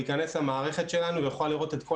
להיכנס למערכת שלנו ולראות את כל